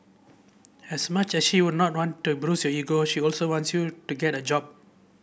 as much as she would not want to bruise your ego she also wants you to get a job